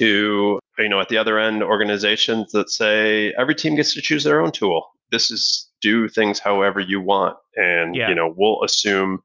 you know at the other end, organizations that say, every team gets to choose their own tool. this is do things however you want. and yeah you know we'll assume